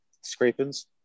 scrapings